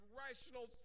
rational